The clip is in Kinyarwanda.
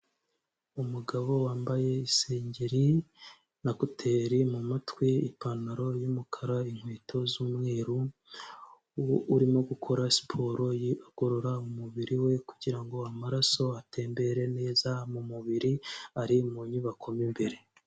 Umugabo wambaye isengeri na kuteri mu matwi, ipantaro y'umukara, inkweto z'umweru, uba urimo gukora siporo ye igorora umubiri we kugira ngo amaraso atembere neza mu mubiri, ari mu nyubako mo imbere.